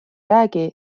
räägi